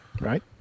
right